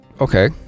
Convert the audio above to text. Okay